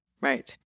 right